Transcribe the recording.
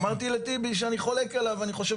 אמרתי לטיבי שאני חולק עליו ואני חושב